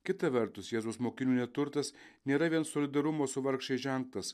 kita vertus jėzaus mokinių neturtas nėra vien solidarumo su vargšais ženklas